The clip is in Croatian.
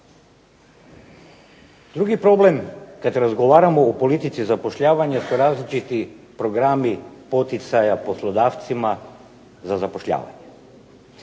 Drugi problem kad razgovaramo o politici zapošljavanja su različiti programi poticaja poslodavcima za zapošljavanje.